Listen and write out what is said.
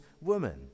woman